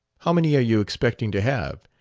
how many are you expecting to have?